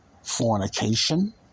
fornication